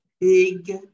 Big